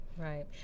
Right